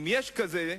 אם יש כזה,